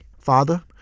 Father